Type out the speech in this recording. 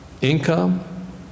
income